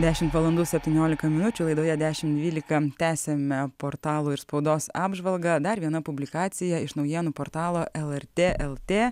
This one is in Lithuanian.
dešimt valandų septyniolika minučių laidoje dešimt dvylika tęsiame portalų ir spaudos apžvalgą dar viena publikacija iš naujienų portalo lrt lt